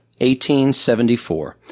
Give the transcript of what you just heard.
1874